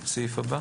לסעיף קטן (ה).